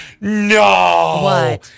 No